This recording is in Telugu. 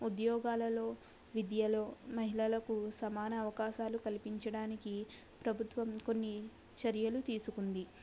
ఉద్యోగాలలో విద్యలో మహిళలకు సమాన అవకాశాలు కలిపించడానికి ప్రభుత్వం కొన్ని చర్యలు తీసుకుంది